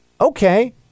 Okay